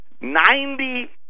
ninety